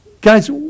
Guys